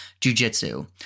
jujitsu